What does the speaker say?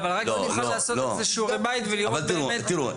תיראו,